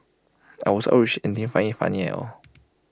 I was outraged and didn't find IT funny at all